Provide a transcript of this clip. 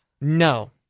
No